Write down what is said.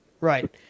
Right